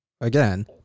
again